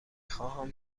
خواهم